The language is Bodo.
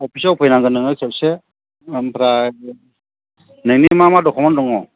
अफिसाव फैनांगोन नोङो खेबसे ओमफ्राय नोंनि मा मा दकुमेन्ट दङ